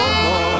more